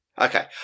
Okay